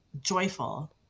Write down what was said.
joyful